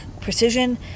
precision